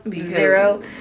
Zero